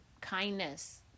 kindness